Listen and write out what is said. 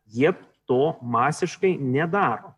jie to masiškai nedaro